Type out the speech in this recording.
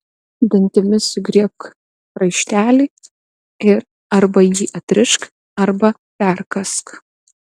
dantimis sugriebk raištelį ir arba jį atrišk arba perkąsk